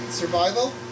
Survival